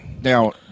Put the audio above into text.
now